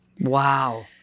Wow